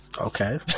Okay